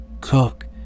Cook